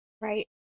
Right